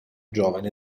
giovane